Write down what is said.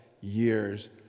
years